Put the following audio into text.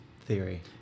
theory